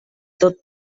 tot